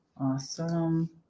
Awesome